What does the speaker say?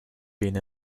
been